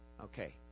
Okay